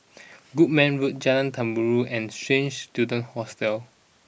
Goodman Road Jalan Terubok and Straits Students Hostel